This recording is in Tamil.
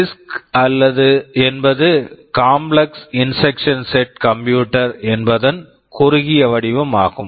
சிஸ்க் CISC என்பது complex instruction set computer Complex Instruction Set Computer என்பதன் குறுகிய வடிவம் ஆகும்